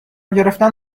گرفتن